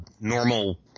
normal